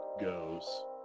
goes